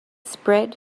spread